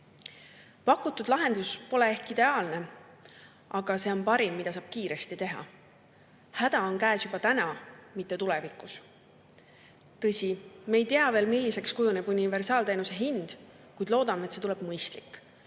Pakutud lahendus pole ehk ideaalne, aga see on parim, mida saab kiiresti teha. Häda on käes juba täna, mitte tulevikus. Tõsi, me ei tea, milliseks kujuneb universaalteenuse hind, kuid loodame, et see tuleb mõistlik.